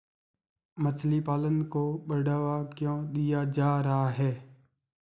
मछली पालन को बढ़ावा क्यों दिया जा रहा है?